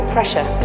pressure